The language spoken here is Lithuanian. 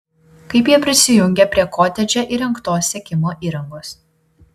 kaip jie prisijungė prie kotedže įrengtos sekimo įrangos